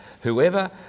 Whoever